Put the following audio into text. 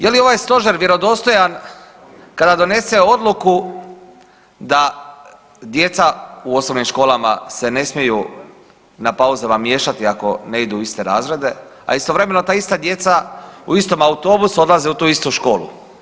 Je li ovaj stožer vjerodostojan kada donese odluku da djeca u osnovnim školama se ne smiju na pauzama miješati ako ne idu u iste razrede, a istovremeno ta ista djeca u istom autobusu odlaze u tu istu školu?